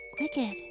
Wicked